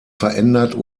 verändert